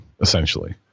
essentially